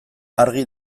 argi